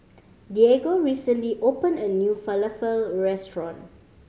Diego recently opened a new Falafel Restaurant